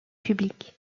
public